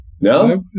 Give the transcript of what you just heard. No